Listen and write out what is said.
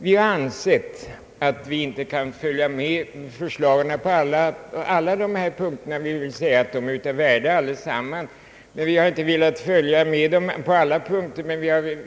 Vi anser, herr talman, att vi inte kan tillstyrka - motionsförslagen på alla punkter. De är givetvis alla i och för sig värdefulla. Men vi har inte kunnat följa dem på alla punkter.